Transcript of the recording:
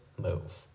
move